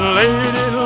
lady